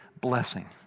blessing